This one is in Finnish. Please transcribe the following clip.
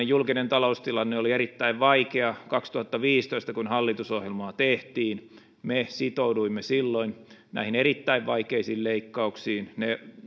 julkinen taloustilanne oli erittäin vaikea kaksituhattaviisitoista kun hallitusohjelmaa tehtiin ja me sitouduimme silloin näihin erittäin vaikeisiin leikkauksiin ne